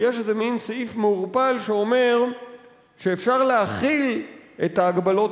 יש איזה מין סעיף מעורפל שאומר שאפשר להחיל את ההגבלות